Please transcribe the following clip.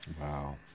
Wow